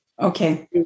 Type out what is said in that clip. Okay